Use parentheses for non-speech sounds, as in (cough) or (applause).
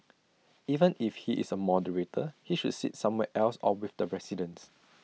even if he is A moderator he should sit somewhere else or with the residents (noise)